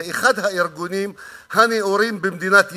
זה אחד הארגונים הנאורים במדינת ישראל.